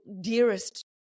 dearest